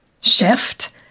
shift